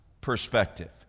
perspective